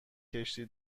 کشتی